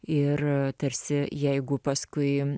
ir tarsi jeigu paskui